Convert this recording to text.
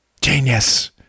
Genius